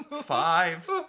five